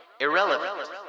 Irrelevant